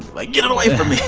like, get it away from me